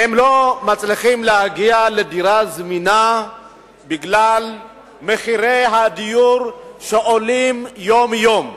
לא מצליחים להגיע לדירה זמינה בגלל מחירי הדיור שעולים יום-יום.